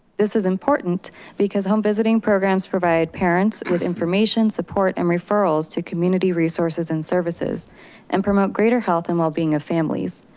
this is important because home visiting programs provide parents with information support and referrals to community resources and services and promote greater health and well being of families.